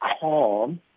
calm